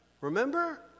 Remember